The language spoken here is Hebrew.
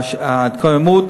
להתקוממות